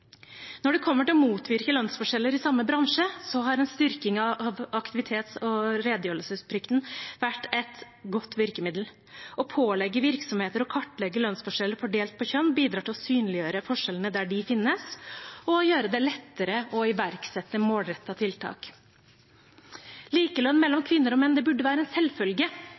Når det gjelder å motvirke lønnsforskjeller i samme bransje, har en styrking av aktivitets- og redegjørelsesplikten vært et godt virkemiddel. Å pålegge virksomheter å kartlegge lønnsforskjeller fordelt på kjønn bidrar til å synliggjøre forskjellene der de finnes, og å gjøre det lettere å iverksette målrettede tiltak. Likelønn mellom kvinner og menn burde være en selvfølge,